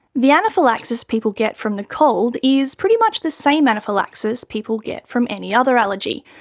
the anaphylaxis people get from the cold is pretty much the same anaphylaxis people get from any other allergy.